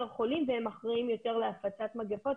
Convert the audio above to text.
חולים והם אחראים יותר להפצת מגיפות.